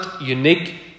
unique